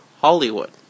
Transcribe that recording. Hollywood